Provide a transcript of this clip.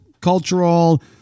cultural